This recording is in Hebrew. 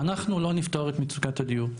אנחנו לא נפתור את מצוקת הדיור.